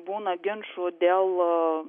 būna ginčų dėl